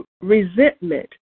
resentment